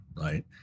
right